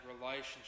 relationship